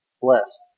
blessed